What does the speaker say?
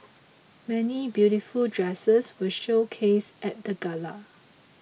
many beautiful dresses were showcased at the gala